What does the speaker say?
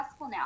now